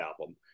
album